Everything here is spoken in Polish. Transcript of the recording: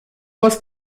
was